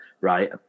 right